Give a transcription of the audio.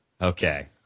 Okay